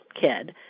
kid